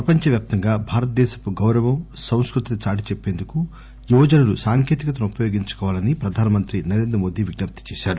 ప్రపంచవ్యాప్తంగా భారతదేశపు గౌరవం సంస్కృతిని చాటిచెప్పేందుకు యువజనులు సాంకేతికతను ఉపయోగించాలని ప్రధాన మంత్రి నరేంద్ర మోదీ విజ్ఞప్తి చేశారు